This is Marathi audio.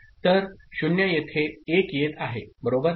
तर 0 येथे 1 येत आहे बरोबर